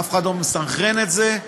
אף אחד לא מסנכרן את זה.